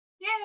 Yay